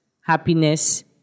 happiness